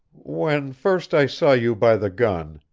when first i saw you by the gun,